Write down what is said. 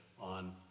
on